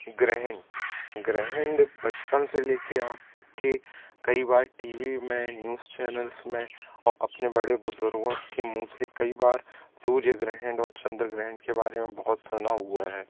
ग्रहण ग्रहण बचपन से ले कर आज तक के कई बार टी वी में न्यूज़ चैनल्स में और अपने बड़े बुज़ुर्गों के मुँह से कई बार सूर्य ग्रहण और चन्द्र ग्रहण के बारे में बहुत सुना हुआ है